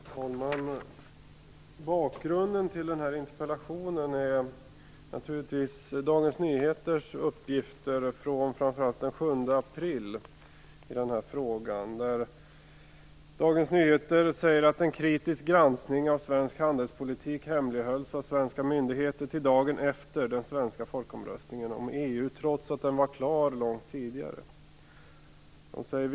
Fru talman! Bakgrunden till den här interpellationen är naturligtvis Dagens Nyheters uppgifter från framför allt den 7 april. Där sägs att en kritisk granskning av svensk handelspolitik hemlighölls av svenska myndigheter till dagen efter den svenska folkomröstningen om EU trots att den var klar långt tidigare.